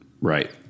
Right